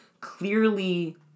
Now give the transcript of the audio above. clearly